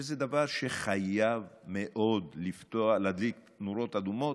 שזה דבר שחייב מאוד להדליק נורות אדומות,